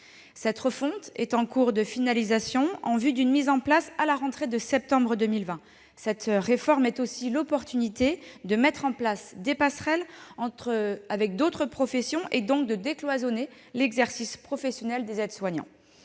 et formation, qui est en cours de finalisation en vue d'une mise en place à la rentrée de septembre 2020. La réforme est aussi l'opportunité de mettre en place des passerelles avec d'autres professions et, donc, de décloisonner l'exercice de la profession d'aide-soignant.